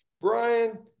Brian